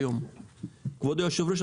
כבוד היושב-ראש,